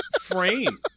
frame